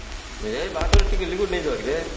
ଏଇ ବାଟରେ ଟିକେ ନେଇଯିବା କିରେ